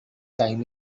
time